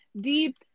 deep